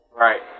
Right